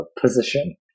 position